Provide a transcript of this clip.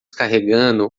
carregando